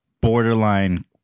borderline